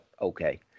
okay